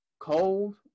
cold